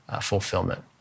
fulfillment